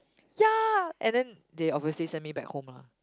ya and then they obviously send me back home lah